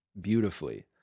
beautifully